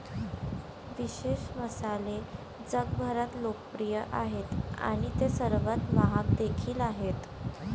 विशेष मसाले जगभरात लोकप्रिय आहेत आणि ते सर्वात महाग देखील आहेत